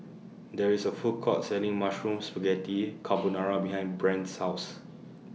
There IS A Food Court Selling Mushroom Spaghetti Carbonara behind Brent's House